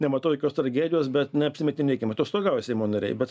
nematau jokios tragedijos bet neapsimetinėkim atostogauja seimo nariai bet